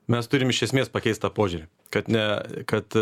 mes turim iš esmės pakeist tą požiūrį kad ne kad